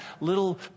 little